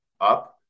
up